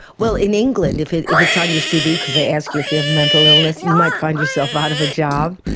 well in england if it's if it's on your cv because they ask you if you have a mental illness you might find yourself out of a job.